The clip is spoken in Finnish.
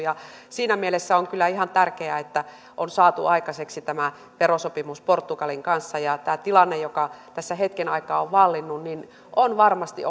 siinä mielessä on kyllä ihan tärkeää että on saatu aikaiseksi tämä verosopimus portugalin kanssa tämä tilanne joka hetken aikaa on vallinnut on varmasti